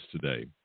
today